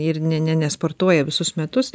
ir nė nė nesportuoja visus metus